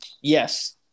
Yes